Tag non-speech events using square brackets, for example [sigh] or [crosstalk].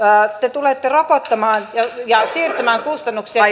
te tulette rokottamaan ja [unintelligible]